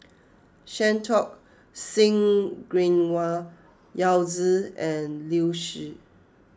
Santokh Singh Grewal Yao Zi and Liu Si